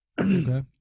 Okay